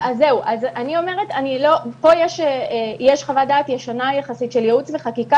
יש פה חוות דעת ישנה יחסית של ייעוץ וחקיקה